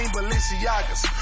Balenciagas